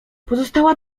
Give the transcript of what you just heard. pozostała